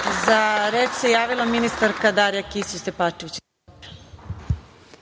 Za reč se javila ministarka Darija Kisić Tepavčević.